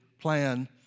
plan